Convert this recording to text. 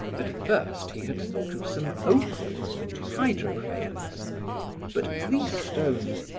at first he had thought of some opals and hydrophanes but these stones,